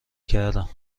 کردم